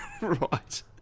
Right